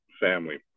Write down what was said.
family